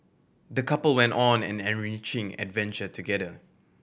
the couple went on an enriching adventure together